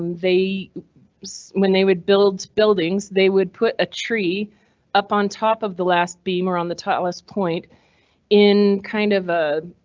um they so when they would build buildings they would put a tree up on top of the last. be more on the tallest point in kind of a.